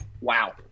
wow